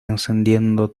encendiendo